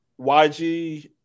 YG